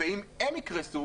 ואם הם יקרסו,